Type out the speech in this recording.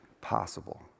possible